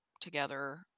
together